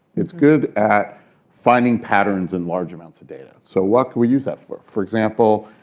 it's good at finding patterns in large amounts of data. so what could we use that for? for example,